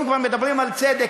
אם כבר מדברים על צדק,